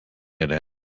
answered